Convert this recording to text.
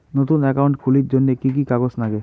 নতুন একাউন্ট খুলির জন্যে কি কি কাগজ নাগে?